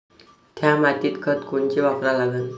थ्या मातीत खतं कोनचे वापरा लागन?